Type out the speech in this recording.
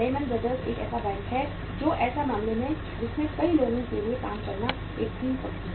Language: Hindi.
लेहमैन ब्रदर एक ऐसा बैंक है जो ऐसा मामला है जिसमें कई लोगों के लिए काम करना एक ड्रीम कंपनी थी